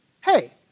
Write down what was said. hey